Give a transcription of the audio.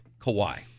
Kawhi